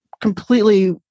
completely